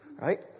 right